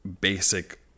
basic